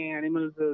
animals